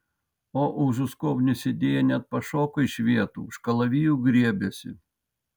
o užu skobnių sėdėję net pašoko iš vietų už kalavijų griebėsi